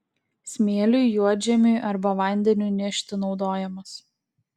smėliui juodžemiui arba vandeniui nešti naudojamas